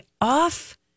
off